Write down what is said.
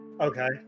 Okay